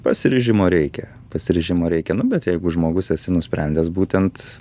pasiryžimo reikia pasiryžimo reikia nu bet jeigu žmogus esi nusprendęs būtent